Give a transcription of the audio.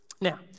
Now